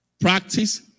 practice